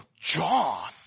John